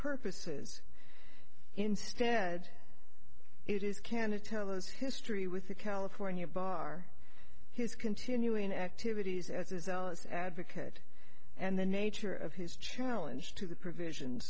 purposes instead it is candid tell us history with the california bar his continuing activities as a zealous advocate and the nature of his challenge to the provisions